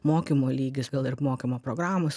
mokymo lygis gal ir mokymo programos